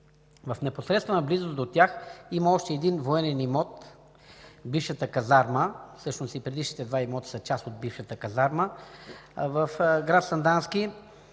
В непосредствена близост до тях има още един военен имот – бившата казарма. Всъщност и предишните два имоти са част от бившата казарма. Имотът в град Сандански